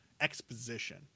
exposition